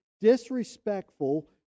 disrespectful